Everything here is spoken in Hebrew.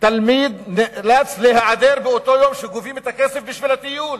שתלמיד נאלץ להיעדר ביום שבו גובים את הכסף בשביל הטיול.